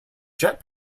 jet